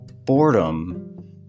Boredom